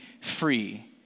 free